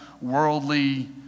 worldly